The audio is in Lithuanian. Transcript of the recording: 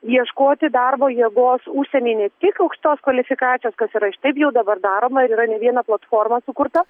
ieškoti darbo jėgos užsienyje ne tik aukštos kvalifikacijos kas yra šitaip jau dabar daroma ir yra ne viena platforma sukurta